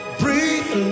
breathe